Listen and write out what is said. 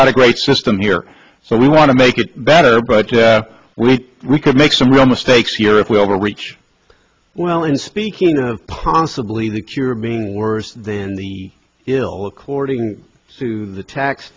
got a great system here so we want to make it better but we we could make some real mistakes here if we overreach well in speaking of possibly the cure being worse than the ill according to the tax